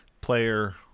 player